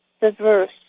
diverse